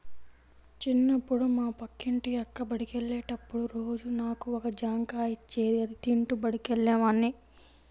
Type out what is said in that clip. చిన్నప్పుడు మా పక్కింటి అక్క బడికెళ్ళేటప్పుడు రోజూ నాకు ఒక జాంకాయ ఇచ్చేది, అది తింటూ బడికెళ్ళేవాడ్ని